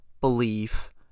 belief